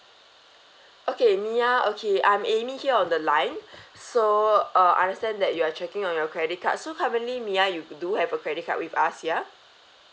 okay mya okay I'm amy here on the line so uh understand that you're checking on your credit card so currently mya you do have a credit card with us ya